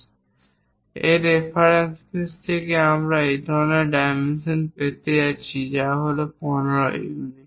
সেই reference base থেকে আমরা এই ধরনের ডাইমেনশন পেতে যাচ্ছি যা হল 15 ইউনিট